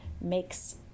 makes